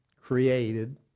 created